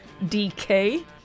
dk